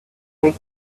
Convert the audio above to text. take